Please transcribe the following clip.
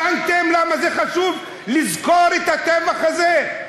הבנתם למה זה חשוב לזכור את הטבח הזה?